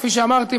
כפי שאמרתי,